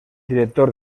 director